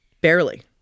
Barely